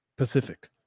Pacific